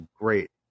great